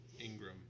Ingram